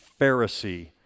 Pharisee